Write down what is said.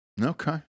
Okay